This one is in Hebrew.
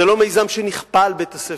זה לא מיזם שנכפה על בית-הספר.